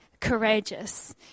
courageous